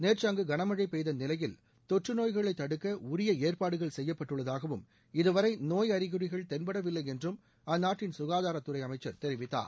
நேற்று அங்கு கனமழை பெய்த நிலையில் தொற்று நோய்களை தடுக்க உரிய உஏற்பாடுகள் செய்யப்பட்டுள்ளதாகவும் இதுவரை நோய் அறிகுறிகள் தென்படவில்லை என்றும் அந்நாட்டின் சுகாதாரத்துறை அமைச்சர் தெரிவித்தார்